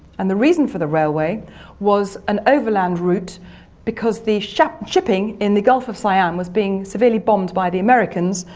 and the reason for the railway was an overland route because the shipping shipping in the gulf of siam was being severely bombed by the americans,